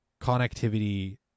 connectivity